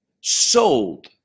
sold